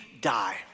die